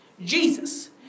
Jesus